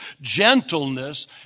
gentleness